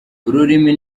ururimi